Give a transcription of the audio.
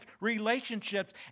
relationships